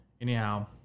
Anyhow